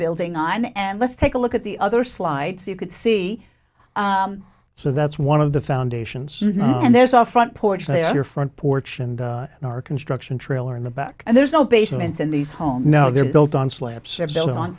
building on and let's take a look at the other slides you can see so that's one of the foundations and there's off front porch they are your front porch and in our construction trailer in the back and there's no basements in these homes now they're built on